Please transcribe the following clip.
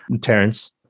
Terrence